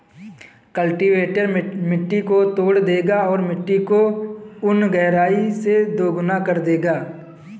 cultivator मिट्टी को तोड़ देगा और मिट्टी को उन गहराई से दोगुना कर देगा